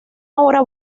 ahora